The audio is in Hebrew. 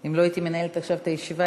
אם לא הייתי מנהלת עכשיו את הישיבה,